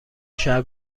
شهر